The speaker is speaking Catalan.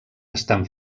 estan